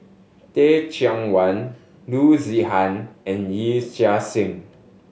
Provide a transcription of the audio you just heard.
Teh Cheang Wan Loo Zihan and Yee Chia Hsing